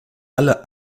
alle